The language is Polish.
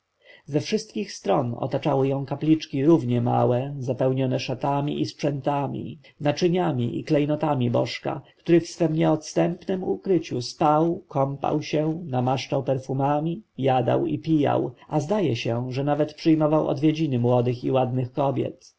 ze wszystkich stron otaczały ją kapliczki równie małe zapełnione szatami i sprzętami naczyniami i klejnotami bożka który w swem niedostępnem ukryciu spał kąpał się namaszczał perfumami jadał i pijał a zdaje się że nawet przyjmował odwiedziny młodych i ładnych kobiet